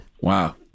Wow